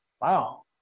Wow